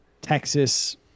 Texas